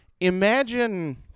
imagine